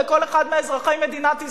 ולכל אחד מאזרחי מדינת ישראל: